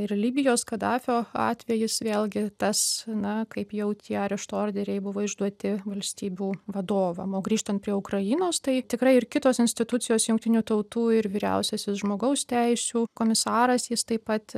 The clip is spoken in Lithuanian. ir libijos kadafio atvejis vėlgi tas na kaip jau tie arešto orderiai buvo išduoti valstybių vadovam o grįžtant prie ukrainos tai tikrai ir kitos institucijos jungtinių tautų ir vyriausiasis žmogaus teisių komisaras jis taip pat